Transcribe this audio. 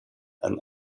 and